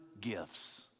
gifts